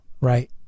right